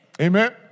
Amen